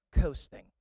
coasting